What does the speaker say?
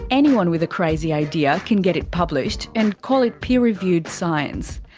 anyone with a crazy idea can get it published and call it peer reviewed science.